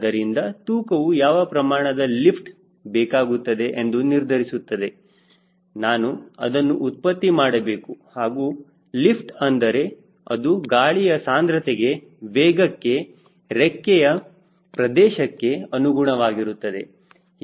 ಆದ್ದರಿಂದ ತೂಕವು ಯಾವ ಪ್ರಮಾಣದ ಲಿಫ್ಟ್ ಬೇಕಾಗುತ್ತದೆ ಎಂದು ನಿರ್ಧರಿಸುತ್ತದೆ ನಾನು ಅದನ್ನು ಉತ್ಪತ್ತಿ ಮಾಡಬೇಕು ಹಾಗೂ ಲಿಫ್ಟ್ ಅಂದರೆ ಅದು ಗಾಳಿಯ ಸಾಂದ್ರತೆಗೆ ವೇಗಕ್ಕೆ ರೆಕ್ಕೆಯ ಪ್ರದೇಶಕ್ಕೆ ಅನುಗುಣವಾಗಿರುತ್ತದೆ